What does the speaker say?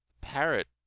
Parrot